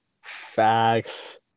Facts